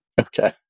Okay